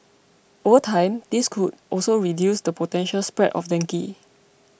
over time this could also reduce the potential spread of dengue